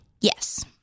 Yes